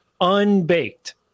unbaked